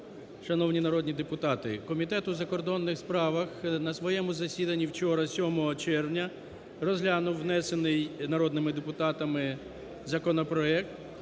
Шановні народні депутати! Комітет у закордонних справах на своєму засіданні вчора, 7 червня, розглянув внесений народними депутатами законопроект